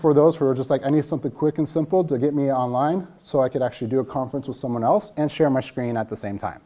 for those who are just like any something quick and simple to get me on line so i can actually do a conference with someone else and share my screen at the same time